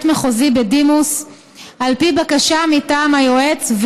מחוזי בדימוס על פי בקשה מטעם היועץ,